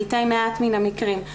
מתי מעט מן המקרים,